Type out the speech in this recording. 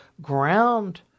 ground